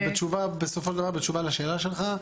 בסופו של דבר, בתשובה לשאלה שלך,